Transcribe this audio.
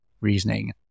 reasoning